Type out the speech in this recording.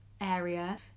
Area